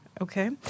Okay